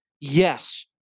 Yes